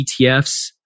etfs